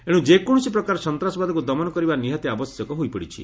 ଏଣୁ ଯେକୌଣସି ପ୍ରକାର ସନ୍ତାସବାଦକୁ ଦମନ କରିବା ନିହାତି ଆବଶ୍ୟକ ହୋଇପଡ଼ିଛି